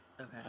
Okay